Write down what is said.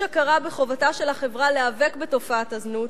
יש הכרה בחובתה של החברה להיאבק בתופעת הזנות,